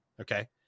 okay